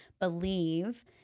believe